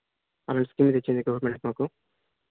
అలాంటి స్కీమ్ తెచ్చింది గవర్నమెంట్ మాకు